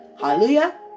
Hallelujah